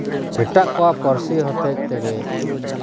ᱮᱴᱟᱜ ᱠᱚᱣᱟᱜ ᱯᱟᱹᱨᱥᱤ ᱦᱚᱛᱮᱫ ᱛᱮᱜᱮ